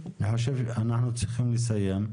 אנחנו צריכים לסיים.